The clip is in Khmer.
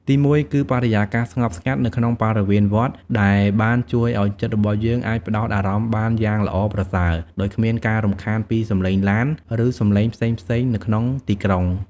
ទីមួយគឺ បរិយាកាសស្ងប់ស្ងាត់ នៅក្នុងបរិវេណវត្តដែលបានជួយឱ្យចិត្តរបស់យើងអាចផ្តោតអារម្មណ៍បានយ៉ាងល្អប្រសើរដោយគ្មានការរំខានពីសំឡេងឡាន ឬសំឡេងផ្សេងៗនៅក្នុងទីក្រុង។